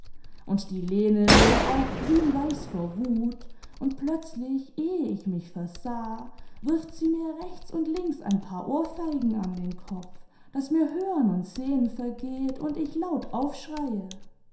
imd die lene wurde auch grünweiß vor wut und plötzlich ehe ich mich versah wirft sie mir rechts und links ein paar ohrfeigen an den kopf daß mir hören und sehen vergeht und ich laut aufschreie